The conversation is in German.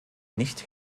nicht